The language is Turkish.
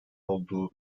olduğu